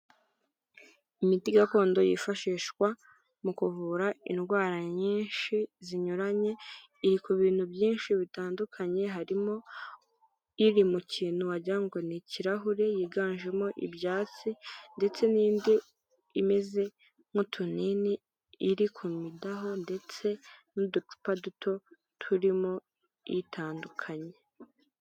Imiti gakondo yifashishwa mu kuvura indwara nyinshi zinyuranye iri ku bintu byinshi bitandukanye harimo iri mu kintu wagira ngo ni ikirahure yiganjemo ibyatsi ndetse n'indi imeze nk'utunini iri ku midaho ndetse n'uducupa duto turimo itandukanye.